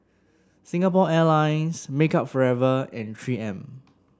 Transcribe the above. Singapore Airlines Makeup Forever and Three M